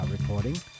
recording